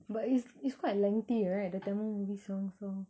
but it's it's quite lengthy right the tamil movie song song